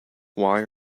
why